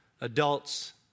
adults